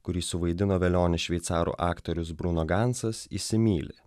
kurį suvaidino velionis šveicarų aktorius bruno gancas įsimyli